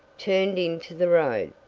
turned into the road.